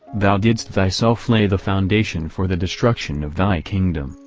thou didst thyself lay the foundation for the destruction of thy kingdom,